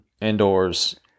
indoors